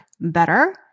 better